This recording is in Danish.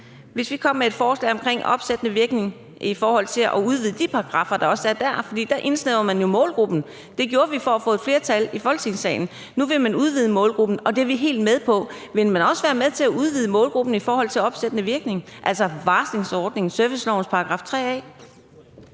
Hvis vi kom med et forslag om opsættende virkning i forhold til at udvide de paragraffer, der også er der, fordi man jo indsnævrede målgruppen der – det gjorde vi for at få et flertal i Folketingssalen; nu vil man udvide målgruppen, og det er vi helt med på – vil man så også være med til at udvide målgruppen i forhold til opsættende virkning, altså varslingsordningen i servicelovens § 3 a?